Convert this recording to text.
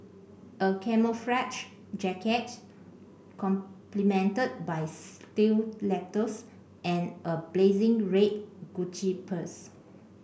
a camouflage jacket complemented by stilettos and a blazing red Gucci purse